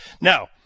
Now